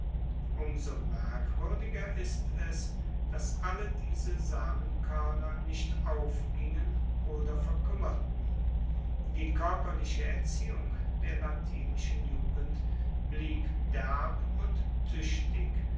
so merkwuerdiger ist es dass alle diese samenkoerner nicht aufgingen oder verkuemmerten die koerperliche erziehung der latinischen jugend blieb derb und tuechtig